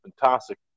fantastic